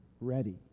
ready